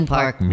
Park